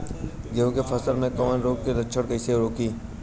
गेहूं के फसल में कवक रोग के लक्षण कईसे रोकी?